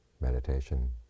meditation